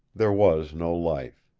there was no life.